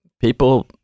people